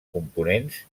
components